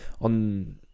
on